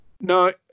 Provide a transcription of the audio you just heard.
no